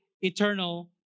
eternal